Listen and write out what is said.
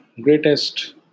greatest